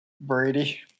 Brady